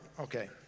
okay